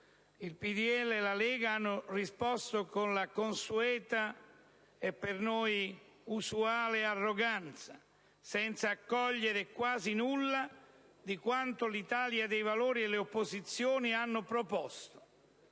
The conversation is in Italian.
Libertà e la Lega hanno risposto con la consueta e per noi usuale arroganza, senza accogliere quasi nulla di quanto l'Italia dei Valori e le opposizioni hanno proposto.